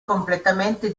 completamente